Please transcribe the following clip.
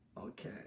Okay